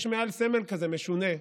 יש מעל סמל כזה משונה,